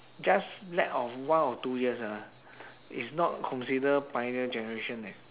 just lack of one or two years ah is not consider pioneer generation leh